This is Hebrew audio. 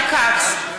(קוראת בשמות חברי הכנסת) ישראל כץ,